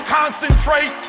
concentrate